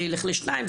זה ילך ל-2,